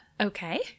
Okay